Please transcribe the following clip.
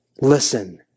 listen